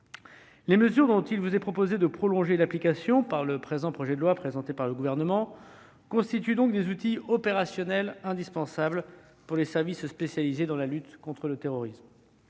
Les mesures dont il vous est proposé de prolonger l'application par le présent projet de loi présenté par le Gouvernement constituent donc des outils opérationnels indispensables pour les services spécialisés dans la lutte contre le terrorisme.